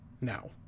now